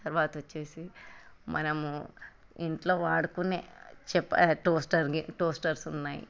అని తర్వాత వచ్చేసి మనము ఇంట్లో వాడుకునే చప టోస్టర్ టోస్టర్స్ ఉన్నాయి